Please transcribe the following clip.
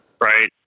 Right